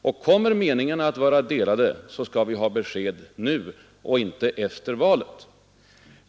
Och kommer meningarna att vara delade, skall vi ha besked nu och inte efter valet.